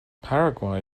paraguay